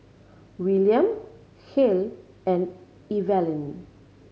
Willian Kael and Evalyn